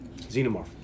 Xenomorph